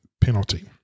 penalty